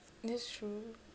that's true